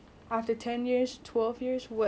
is cerita white chicks